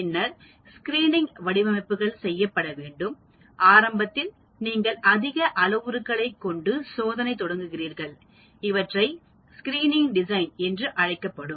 பின்னர் ஸ்கிரீனிங் வடிவமைப்புகள் செய்யப்பட வேண்டும் ஆரம்பத்தில் நீங்கள் அதிக அளவுருக்களை கொண்டு சோதனை தொடங்குகிறீர்கள் இவற்றை ஸ்கிரீனிங் டிசைன் என்று அழைக்கப்படும்